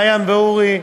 מעיין ואורי,